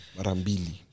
Marambili